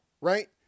right